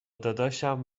داداشم